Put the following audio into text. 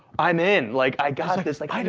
i'm in. like, i got this. like,